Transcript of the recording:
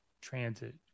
transit